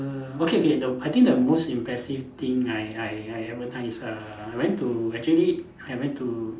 err okay okay the I think the most impressive thing I I I ever done is a I went to actually I went to